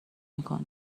میکنه